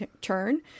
turn